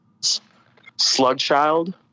Slugchild